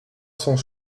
cent